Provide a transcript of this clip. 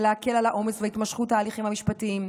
להקל על העומס והתמשכות ההליכים המשפטיים,